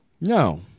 No